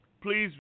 Please